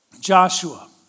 Joshua